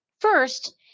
First